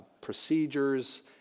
procedures